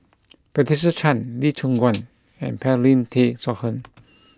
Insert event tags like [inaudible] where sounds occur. [noise] Patricia Chan Lee Choon [noise] Guan and Paulin Tay Straughan